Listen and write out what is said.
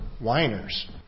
whiners